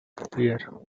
fear